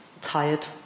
tired